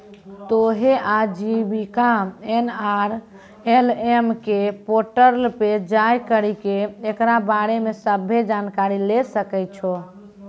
तोहें आजीविका एन.आर.एल.एम के पोर्टल पे जाय करि के एकरा बारे मे सभ्भे जानकारी लै सकै छो